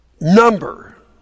number